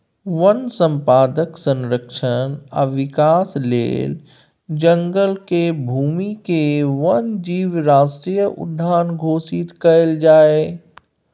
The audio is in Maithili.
वन संपदाक संरक्षण आ विकास लेल जंगल केर भूमिकेँ वन्य जीव राष्ट्रीय उद्यान घोषित कएल जाए